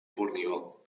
formigó